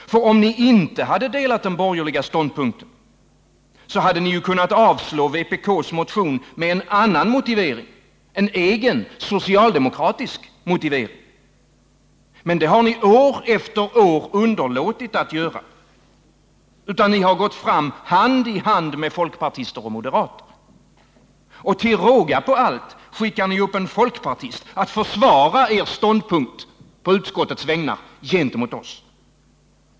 För om ni inte hade delat den borgerliga ståndpunkten, så hade ni ju kunnat avslå vpk:s motion med en annan motivering, en egen, socialdemokratisk motivering. Men det har ni år efter år underlåtit att göra. Ni har gått fram hand i hand med folkpartister och moderater. Och till råga på allt skickar ni upp en folkpartist att försvara er ståndpunkt på utskottets vägnar gentemot oss!